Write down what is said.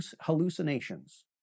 hallucinations